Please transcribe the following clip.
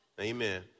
Amen